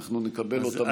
אנחנו נקבל אותם